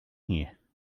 here